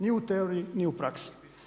Ni u teoriji ni u praksi.